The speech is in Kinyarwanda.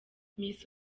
miss